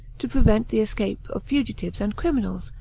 to prevent the escape of fugitives and criminals,